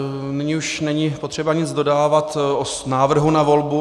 Nyní už není potřeba nic dodávat o návrhu na volbu.